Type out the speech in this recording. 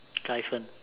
the hyphen